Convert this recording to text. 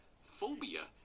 phobia